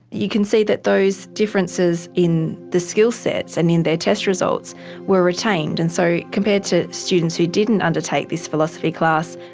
you can see that those differences in the skill sets and in their test results were retained. and so compared to students who didn't undertake this philosophy class,